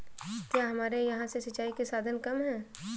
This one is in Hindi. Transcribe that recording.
क्या हमारे यहाँ से सिंचाई के साधन कम है?